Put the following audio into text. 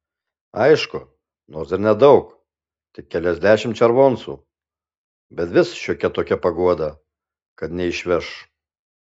aišku nors ir nedaug tik keliasdešimt červoncų bet vis šiokia tokia paguoda kad neišveš